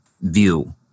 view